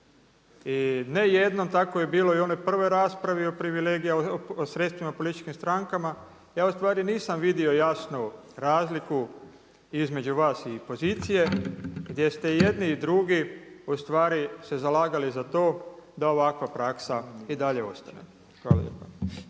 I ne jednom tako je bilo i u onoj prvoj raspravi o privilegijama, o sredstvima, političkim strankama. Ja u stvari nisam vidio jasnu razliku između vas i pozicije, gdje ste i jedni i drugi u stvari se zalagali za to da ovakva praksa i dalje ostane. Hvala